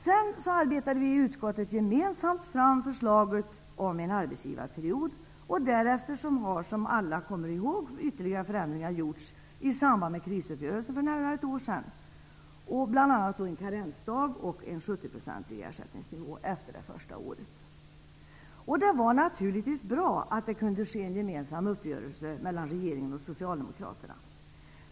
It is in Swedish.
Sedan arbetade vi i utskottet gemensamt fram förslaget om en arbetsgivarperiod. Därefter har, som alla kommer ihåg, ytterligare förändringar gjorts i samband med krisuppgörelsen för nära ett år sedan. Det gäller bl.a. att en karensdag införts och att sjukpenningnivån har sänkts till 70 % efter det första året. Det var naturligtvis bra att det kunde ske en gemensam uppgörelse mellan regeringen och socialdemokraterna.